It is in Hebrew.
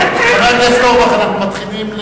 אנחנו מתחילים,